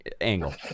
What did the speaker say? angle